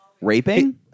raping